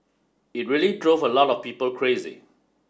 it really drove a lot of people crazy